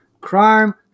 crime